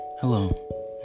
Hello